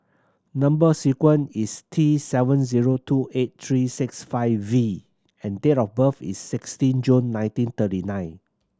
number sequence is T seven zero two eight three six five V and date of birth is sixteen June nineteen thirty nine